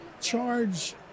charge